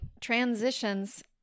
transitions